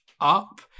up